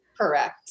Correct